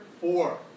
four